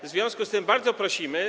W związku z tym bardzo prosimy.